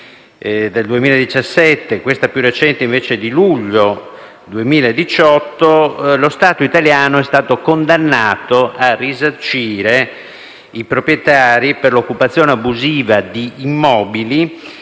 del 2017, una più recente di luglio 2018, lo Stato italiano è stato condannato a risarcire i proprietari per l'occupazione abusiva di immobili